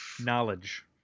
knowledge